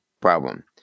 problem